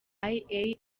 ari